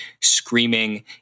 screaming